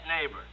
neighbor